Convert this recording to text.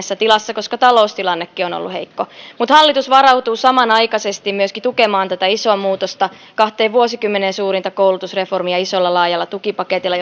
kuormittuneessa tilassa koska taloustilannekin on ollut heikko mutta hallitus varautuu samanaikaisesti myöskin tukemaan tätä isoa muutosta kahteen vuosikymmeneen suurinta koulutusreformia isolla laajalla tukipaketilla